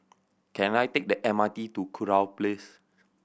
can I take the M R T to Kurau Place